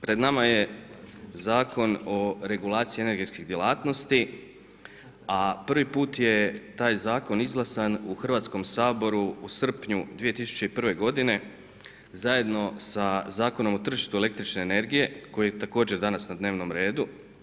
pred nama je Zakon o regulaciji energetskih djelatnosti a prvi put je taj zakon izglasan u Hrvatskom saboru u srpnju 2001. godine zajedno sa Zakonom o tržištu električne energije koji je također danas na dnevnom redu.